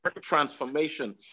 transformation